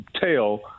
tail